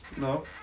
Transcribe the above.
No